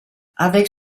avec